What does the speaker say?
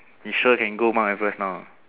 you sure can go Mount Everest now